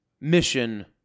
mission